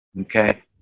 okay